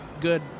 good